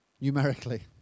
numerically